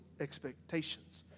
expectations